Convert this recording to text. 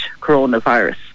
coronavirus